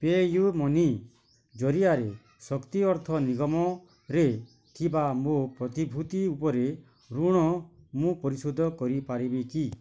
PayU Money ଜରିଆରେ ଶକ୍ତି ଅର୍ଥ ନିଗମରେ ଥିବା ମୋ ପ୍ରତିଭୂତି ଉପରେ ଋଣ ମୁଁ ପରିଶୋଧ କରିପାରିବି କି